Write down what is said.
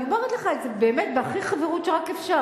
אני אומרת לך את זה בהכי חברות שרק אפשר